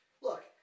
Look